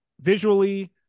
visually